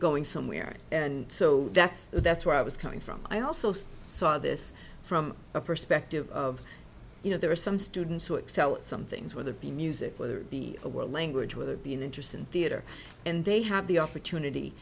going somewhere and so that's that's where i was coming from i also saw this from a perspective of you know there are some students who excel at some things whether be music whether it be a world language whether it be an interest in theater and they have the opportunity